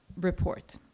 report